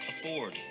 afford